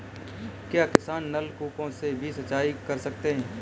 क्या किसान नल कूपों से भी सिंचाई कर सकते हैं?